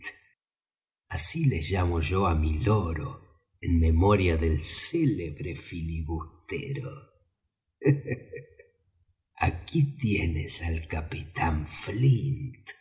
capitán flint así le llamo yo á mi loro en memoria del célebre filibustero aquí tienes al capitán